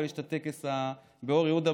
אבל יש טקס באור יהודה,